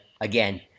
again